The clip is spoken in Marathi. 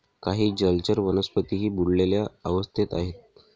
काही जलचर वनस्पतीही बुडलेल्या अवस्थेत आहेत